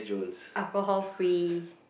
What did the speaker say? alcohol free